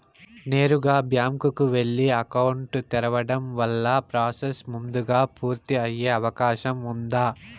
నేరుగా బ్యాంకు కు వెళ్లి అకౌంట్ తెరవడం వల్ల ప్రాసెస్ ముందుగా పూర్తి అయ్యే అవకాశం ఉందా?